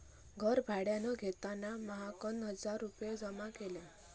घर भाड्यान घेताना महकना हजार रुपये जमा केल्यान